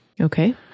Okay